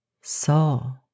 soul